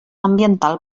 ambiental